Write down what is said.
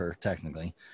technically